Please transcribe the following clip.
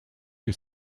que